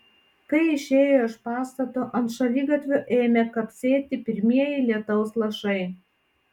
kai išėjo iš pastato ant šaligatvio ėmė kapsėti pirmieji lietaus lašai